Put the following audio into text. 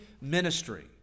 ministry